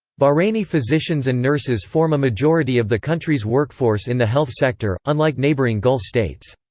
bahraini physicians and nurses form a majority of the country's workforce in the health sector, unlike neighbouring gulf states.